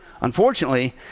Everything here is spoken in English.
Unfortunately